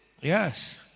Yes